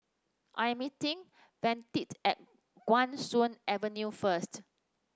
I am meeting Vashti at Guan Soon Avenue first